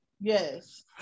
Yes